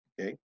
okay